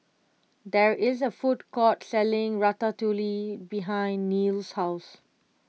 there is a food court selling Ratatouille behind Neal's house